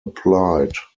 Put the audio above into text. applied